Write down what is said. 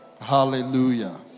Hallelujah